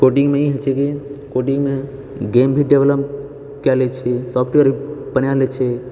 कोडिङ्गमे ई होइ छै की कोडिङ्गमे गेम भी डेवलप कए लै छी सॉफ्टवेयर बनाए लै छी